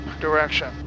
direction